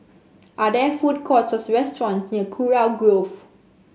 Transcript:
are there food courts restaurants near Kurau Grove